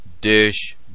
dish